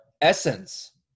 essence